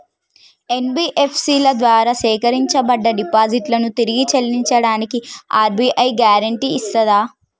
NBFC ల ద్వారా సేకరించబడ్డ డిపాజిట్లను తిరిగి చెల్లించడానికి ఆర్.బి.ఐ గ్యారెంటీ ఇస్తదా?